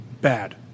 Bad